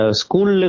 school